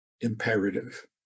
imperative